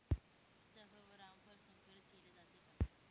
सीताफळ व रामफळ संकरित केले जाते का?